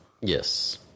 Yes